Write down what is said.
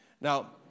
Now